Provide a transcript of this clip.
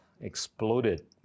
exploded